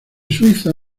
suiza